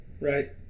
Right